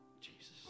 Jesus